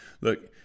Look